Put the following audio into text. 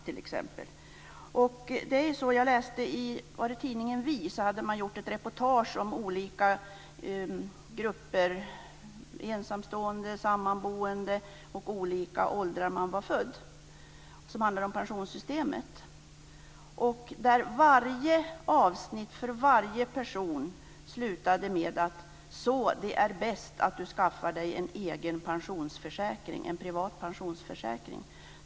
Tidningen Vi har gjort ett reportage om hur pensionssystemet slår för grupper av ensamstående och sammanboende i olika åldrar. För varje person som man lyfte fram slutade man med att skriva: så det är bäst att du skaffar dig en egen privat pensionsförsäkring.